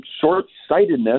short-sightedness